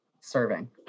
Serving